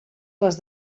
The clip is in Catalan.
les